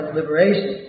liberation